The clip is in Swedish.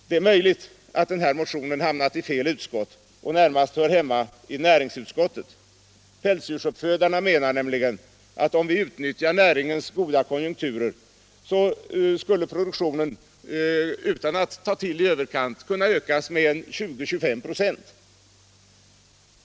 Det är möjligt att den här motionen hamnat i fel utskott och närmast hör hemma i näringsutskottet. Pälsdjursuppfödarna menar nämligen att om vi utnyttjade näringens goda konjunkturer skulle produktionen — utan att ta till i överkant — kunna ökas med 20-25 96.